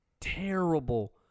terrible